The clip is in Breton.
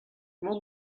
mont